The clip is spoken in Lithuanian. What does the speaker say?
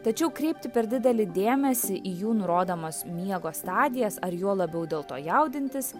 tačiau kreipti per didelį dėmesį į jų nurodomas miego stadijas ar juo labiau dėl to jaudintis